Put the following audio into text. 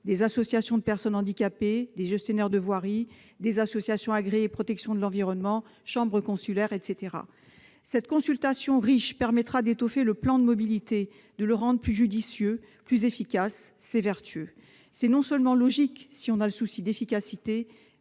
associations de personnes handicapées, gestionnaires de voiries, associations agréées de protection de l'environnement, chambres consulaires, etc. Cette consultation riche permettra d'étoffer le plan de mobilité, de le rendre plus judicieux et plus efficace, ce qui est vertueux. Une telle démarche est non seulement logique, si on a le souci de l'efficacité,